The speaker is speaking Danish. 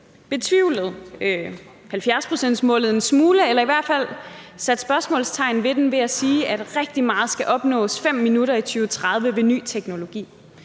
betvivlet 70-procentsmålet en smule eller i hvert fald sat spørgsmålstegn ved det ved at sige, at rigtig meget skal opnås 5 minutter i 2030 med ny teknologi.